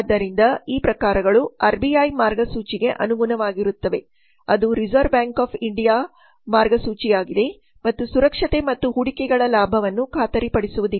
ಆದ್ದರಿಂದ ಈ ಪ್ರಕಾರಗಳು ಆರ್ಬಿಐ ಮಾರ್ಗಸೂಚಿಗೆ ಅನುಗುಣವಾಗಿರುತ್ತವೆ ಅದು ರಿಸರ್ವ್ ಬ್ಯಾಂಕ್ ಆಫ್ ಇಂಡಿಯಾ ಮಾರ್ಗಸೂಚಿಯಾಗಿದೆ ಮತ್ತು ಸುರಕ್ಷತೆ ಮತ್ತು ಹೂಡಿಕೆಗಳ ಲಾಭವನ್ನು ಖಾತರಿಪಡಿಸುವುದಿಲ್ಲ